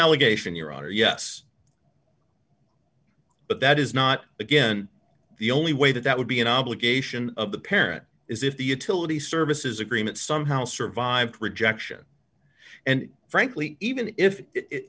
allegation your honor yes but that is not again the only way that that would be an obligation of the parent is if the utility services agreement somehow survived rejection and frankly even if